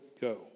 go